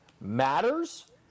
matters